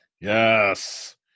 Yes